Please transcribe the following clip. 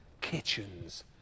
kitchens